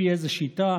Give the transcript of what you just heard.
לפי איזו שיטה.